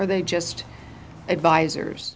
or they just advisers